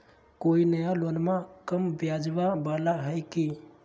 कोइ नया लोनमा कम ब्याजवा वाला हय की?